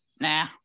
Nah